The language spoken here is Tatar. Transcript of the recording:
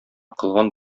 кылган